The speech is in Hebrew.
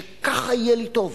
שככה יהיה לי טוב.